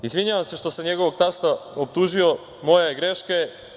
Izvinjavam se što sam njegovog tasta optužio, moja je greška.